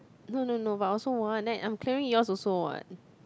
no no no but I also want then I'm carrying yours also what